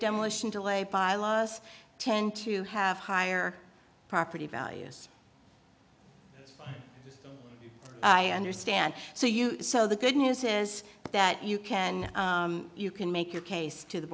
demolition to lay by laws tend to have higher property values i understand so you so the good news is that you can you can make your case to the